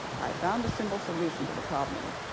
i found a simple solution to the problem.